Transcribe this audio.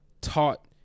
taught